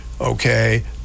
okay